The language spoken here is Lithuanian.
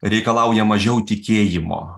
reikalauja mažiau tikėjimo